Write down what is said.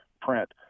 print